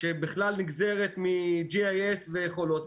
טרומית שבכלל נגזרת GIS ויכולות.